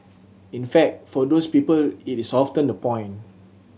in fact for those people it is often the point